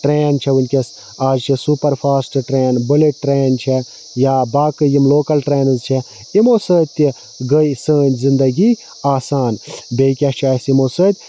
train چھِ وٕنکیٚس آز چھِ سوٗپر فاسٹہٕ ٹرٛین بُلیٚٹ ٹرٛین چھےٚ یا باقٕے یِم لوکَل ٹرینٕز چھِ یِمو سۭتۍ تہِ گٔے سٲنٛۍ زِندگی آسان بیٚیہِ کیاہ چھُ اَسہِ یِمو سۭتۍ